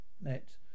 net